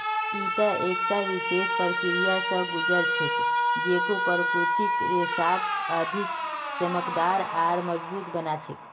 ईटा एकता विशेष प्रक्रिया स गुज र छेक जेको प्राकृतिक रेशाक अधिक चमकदार आर मजबूत बना छेक